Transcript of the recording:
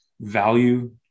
value